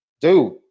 Dude